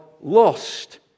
lost